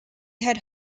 had